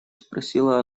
спросила